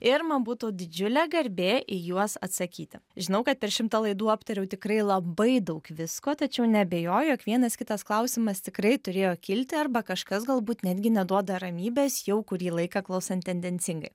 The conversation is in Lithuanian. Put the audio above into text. ir man būtų didžiulė garbė į juos atsakyti žinau kad per šimtą laidų aptariau tikrai labai daug visko tačiau neabejoju jog vienas kitas klausimas tikrai turėjo kilti arba kažkas galbūt netgi neduoda ramybės jau kurį laiką klausant tendencingai